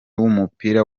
w’umupira